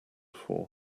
for